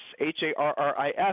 H-A-R-R-I-S